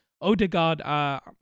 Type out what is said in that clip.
Odegaard